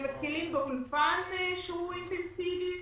הם מתחילים אולפן אינטנסיבי.